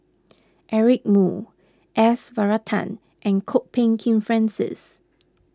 Eric Moo S Varathan and Kwok Peng Kin Francis